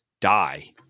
die